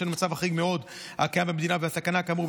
בשל המצב החריג מאוד הקיים במדינה והסכנה כאמור,